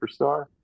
superstar